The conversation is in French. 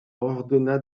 ordonna